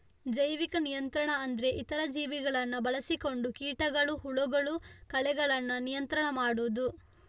ಜೈವಿಕ ನಿಯಂತ್ರಣ ಅಂದ್ರೆ ಇತರ ಜೀವಿಗಳನ್ನ ಬಳಸಿಕೊಂಡು ಕೀಟಗಳು, ಹುಳಗಳು, ಕಳೆಗಳನ್ನ ನಿಯಂತ್ರಣ ಮಾಡುದು